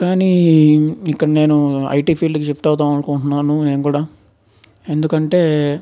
కానీ ఇక్కడ నేను ఐటీ ఫీల్డ్ షిఫ్ట్ అవుదాం అనుకుంటున్నాను నేను కూడా ఎందుకంటే